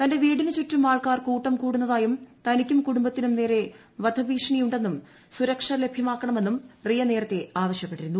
തന്റെ വീടിനുചുറ്റും ആൾക്കാർ കൂട്ടം കൂടുന്നതായും തനിക്കും കുടുംബത്തുനും നേരെ വധഭീഷണിയുണ്ടെന്നും സുരക്ഷ ലഭ്യമാക്കണമെന്നും റിയ നേരത്തെ ആവശ്യ പ്പെട്ടിരുന്നു